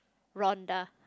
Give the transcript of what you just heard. Ronda